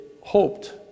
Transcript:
hoped